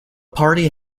party